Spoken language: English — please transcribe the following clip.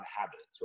habits